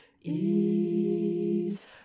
ease